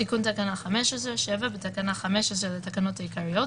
"תיקון תקנה 15בתקנה 15 לתקנות העיקריות,